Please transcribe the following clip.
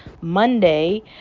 monday